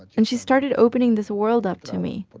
and she started opening this world up to me. but